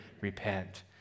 repent